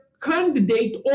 candidate